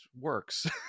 works